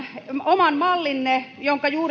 oman mallinne jonka juuri